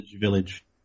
village